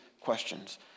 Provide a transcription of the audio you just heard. questions